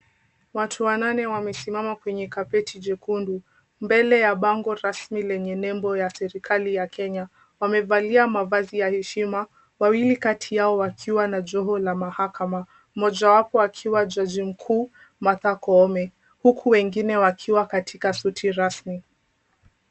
Watu wanane wamesimama kwenye kapeti[cs[ jekundu. Mbele ha bango rasmi lenye nembo ya serikali ya Kenya. Wamevalia mavazi ya heshima, wawili kati yao wakiwa na joho la mahakama. Mmoja wapo akiwa jaji mkuu Martha Koome huku wengine wakiwa katika suti rasmi.